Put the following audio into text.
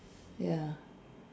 ya